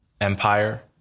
Empire